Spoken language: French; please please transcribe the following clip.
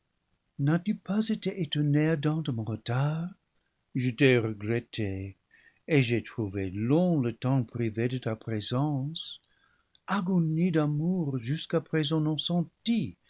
n'as-tu pas été étonné adam de mon retard je t'ai re gretté et j'ai trouvé long le temps privée de ta présence agonie d'amour jusqu'à présent non sentie